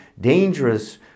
dangerous